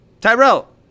Tyrell